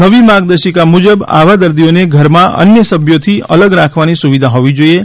નવી માર્ગદર્શિકા મુજબ આવા દર્દીઓને ઘરમાં અન્ય સભ્યોથી અલગ રાખવાની સુવિધા હોવી જોઈએ